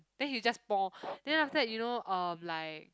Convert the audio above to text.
then he just then after that you know um like